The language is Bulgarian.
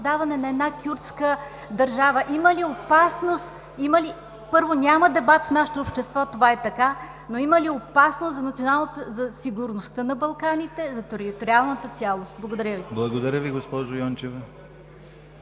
Благодаря Ви, госпожо Йончева.